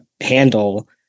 handle